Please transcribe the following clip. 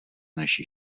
naší